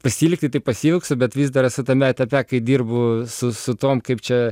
pasiilgti tai pasiilgsiu bet vis dar esu tame etape kai dirbu su su tom kaip čia